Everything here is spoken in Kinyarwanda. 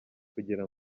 kugira